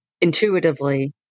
intuitively